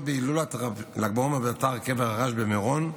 בהילולת ל"ג בעומר באתר קבר הרשב"י במירון,